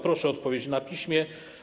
Proszę o odpowiedź na piśmie.